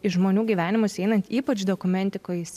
į žmonių gyvenimus einant ypač dokumentikoj